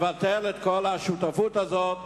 לבטל את כל השותפות הזאת,